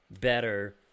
better